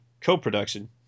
co-production